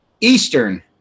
Eastern